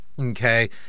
okay